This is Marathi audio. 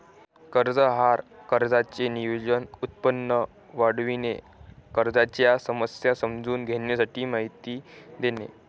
कर्ज आहार खर्चाचे नियोजन, उत्पन्न वाढविणे, खर्चाच्या समस्या समजून घेण्याची माहिती देणे